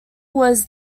was